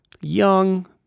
young